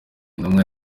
intumwa